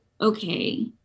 okay